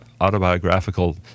autobiographical